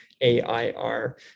AIR